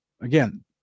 Again